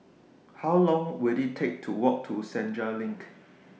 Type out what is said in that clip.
How Long Will IT Take to Walk to Senja LINK